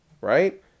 Right